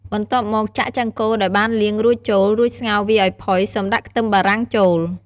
បន្ទាប់មកចាក់ឆ្អឹងគោដែលបានលាងរួចចូល រួចស្ងោរវាឱ្យផុយសិមដាក់ខ្ទឹមបារាំងចូល។